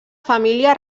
família